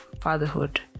fatherhood